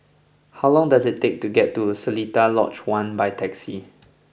how long does it take to get to Seletar Lodge One by taxi